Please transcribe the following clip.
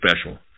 special